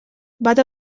bata